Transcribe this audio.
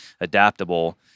adaptable